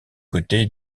côté